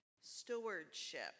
stewardship